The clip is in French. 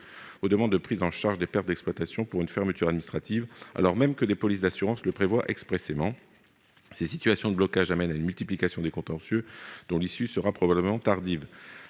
aux demandes de prise en charge des pertes d'exploitation pour une fermeture administrative, alors même que des polices d'assurance le prévoient expressément. Cette situation de blocage conduit à une multiplication des contentieux, dont l'issue sera probablement tardive.